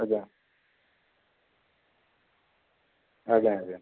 ଆଜ୍ଞା ଆଜ୍ଞା ଆଜ୍ଞା